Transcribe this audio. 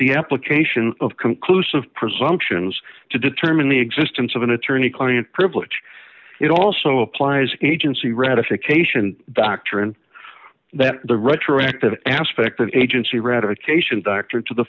the application of conclusive presumptions to determine the existence of an attorney client privilege it also applies agency ratification doctrine that the retroactive aspect of agency ratification director to the